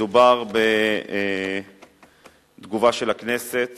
מדובר בתגובה של הכנסת